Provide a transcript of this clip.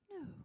No